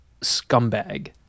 scumbag